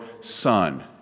son